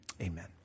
amen